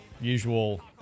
usual